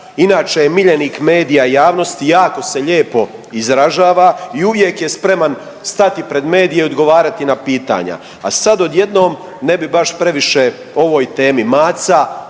Inače je miljenik medija i javnosti, jako se lijepo izražava i uvijek je spreman stati pred medije i odgovarati na pitanja. A sad odjednom ne bi baš previše o ovoj temi, maca